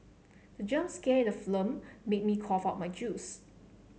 the jump scare in the film made me cough out my juice